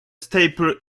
staple